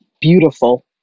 beautiful